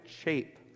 shape